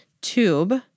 tube